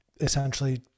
essentially